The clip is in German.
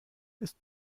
ist